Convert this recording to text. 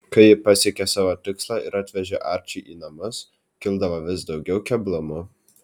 kai ji pasiekė savo tikslą ir atvežė arčį į namus kildavo vis daugiau keblumų